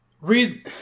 read